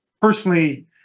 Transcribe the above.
personally